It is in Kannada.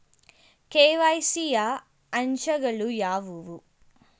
ಕೆ.ವೈ.ಸಿ ಯ ಅಂಶಗಳು ಯಾವುವು?